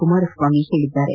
ಕುಮಾರಸ್ವಾಮಿ ಹೇಳಿದ್ದಾರೆ